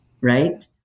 right